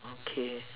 okay